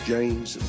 James